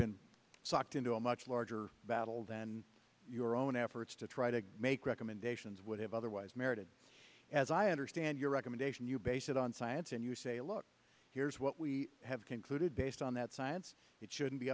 been sucked into a much larger battle than your own efforts to try to make recommendations would have otherwise merited as i understand your recommendation you base it on science and you say look here's what we have concluded based on that science it shouldn't be